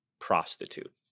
prostitute